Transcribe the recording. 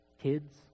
Kids